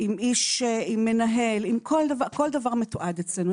עם מנהל, כל דבר מתועד אצלנו.